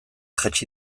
jaitsi